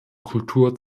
kultur